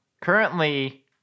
currently